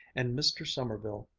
and mr. sommerville,